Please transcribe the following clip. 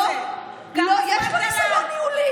כמה זמן דלל?